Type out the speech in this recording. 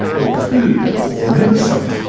or food, or medicine.